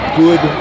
good